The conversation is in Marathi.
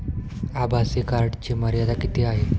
आभासी कार्डची मर्यादा किती आहे?